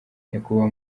nyakubahwa